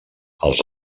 els